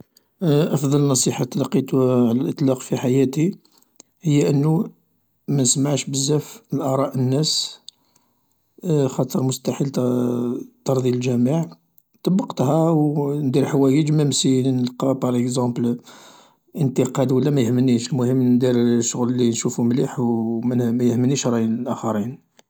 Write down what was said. أفضل نصيحة تلقيتها على الإطلاق في حياتي هي أنو ما نسمعش بزاف لآراء الناس خاطر مستحيل ترضي الجميع طبقتها و ندير حوايج مام سي نلقا باريڨزومپل إنتقاد ولا ميهمنيش المهم ندير الشغل لي نشوفو مليح و ميهمنيش راي الآخرين.